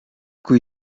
kui